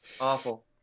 Awful